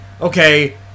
okay